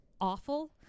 awful